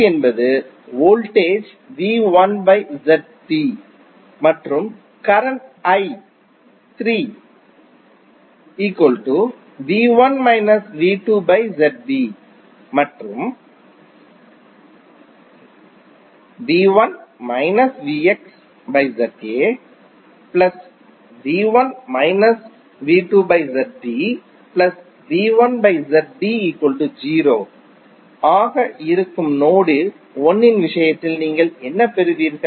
என்பது வோல்டேஜ் மற்றும் current I 3 I 3 மற்றும் ஆக இருக்கும் நோடு 1 இன் விஷயத்தில் நீங்கள் என்ன பெறுவீர்கள்